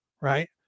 right